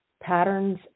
patterns